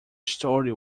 story